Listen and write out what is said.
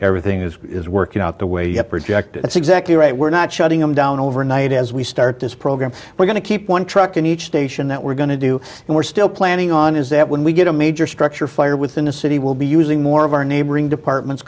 everything is is working out the way you have projected that's exactly right we're not shutting them down overnight as we start this program we're going to keep one truck in each station that we're going to do and we're still planning on is that when we get a major structure fire within the city will be using more of our neighboring departments